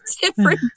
different